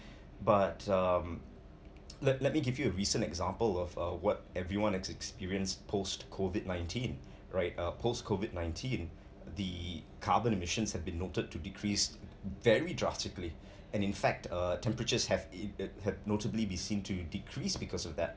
but um let let me give you a recent example of uh what everyone ex~ experienced post COVID nineteen right uh post COVID nineteen the carbon emissions have been noted to decrease very drastically and in fact uh temperatures have if it had notably been seen to decrease because of that